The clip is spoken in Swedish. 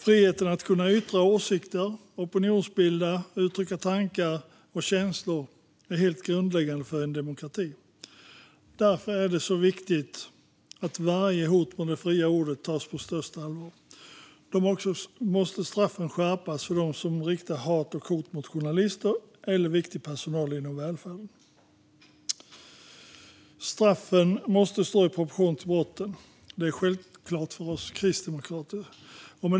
Friheten att kunna yttra åsikter, opinionsbilda och uttrycka tankar och känslor är helt grundläggande för en demokrati. Därför är det viktigt att varje hot mot det fria ordet tas på största allvar och att straffen skärps för dem som riktar hat och hot mot journalister eller viktig personal inom välfärden. Att straffen måste stå i proportion till brotten är självklart för oss kristdemokrater.